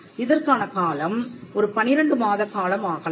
இதற்கான காலம் ஒரு 12 மாத காலம் ஆகலாம்